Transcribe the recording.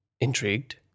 intrigued